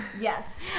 Yes